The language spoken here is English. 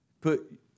Put